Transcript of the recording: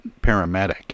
paramedic